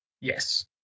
Yes